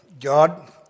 God